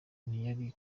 ntiyari